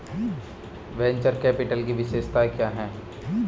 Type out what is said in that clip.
Venture capital की विशेषताएं क्या हैं?